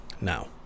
Now